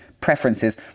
preferences